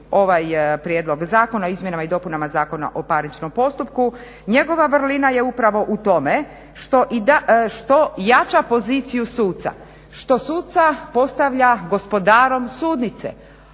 ovaj prijedlog Zakona o izmjenama i dopunama Zakona o parničnom postupku njegova vrlina je upravo u tome što jača poziciju suca, što suca postavlja gospodarom sudnice